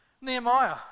Nehemiah